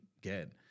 get